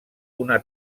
una